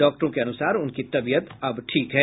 डॉक्टरों के अनुसार उनकी तबीयत अब ठीक है